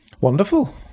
Wonderful